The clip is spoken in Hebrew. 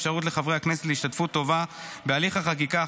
אפשרות לחברי הכנסת להשתתפות טובה בהליך החקיקה,